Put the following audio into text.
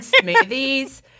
smoothies